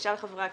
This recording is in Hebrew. ושאר חברי הכנסת.